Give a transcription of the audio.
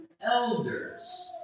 elders